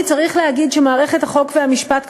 כי צריך להגיד שמערכת החוק והמשפט,